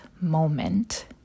moment